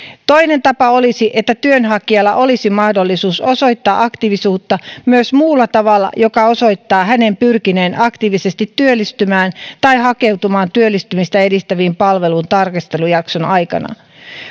toinen tapa olisi että työnhakijalla olisi mahdollisuus osoittaa aktiivisuutta myös muulla tavalla joka osoittaa hänen pyrkineen aktiivisesti työllistymään tai hakeutumaan työllistymistä edistävään palveluun tarkastelujakson aikana